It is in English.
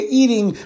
eating